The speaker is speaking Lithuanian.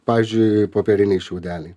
pavyzdžiui popieriniai šiaudeliai